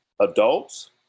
adults